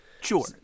Sure